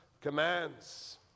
commands